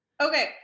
Okay